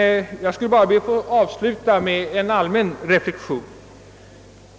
Jag skall därför avsluta mitt anförande med en allmän reflexion.